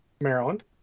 Maryland